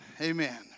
Amen